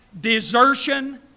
desertion